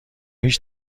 هیچ